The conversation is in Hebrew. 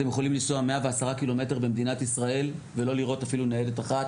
אתם יכולים לנסוע 110 קילומטר במדינת ישראל ולא לראות אפילו ניידת אחת,